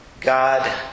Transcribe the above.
God